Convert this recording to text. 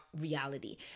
reality